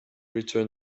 return